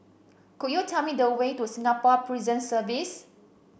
could you tell me the way to Singapore Prison Service